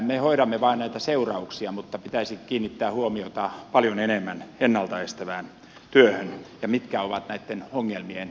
me hoidamme vain näitä seurauksia mutta pitäisi kiinnittää huomiota paljon enemmän ennalta estävään työhön ja siihen mitkä ovat näitten ongelmien taustalla